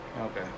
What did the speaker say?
Okay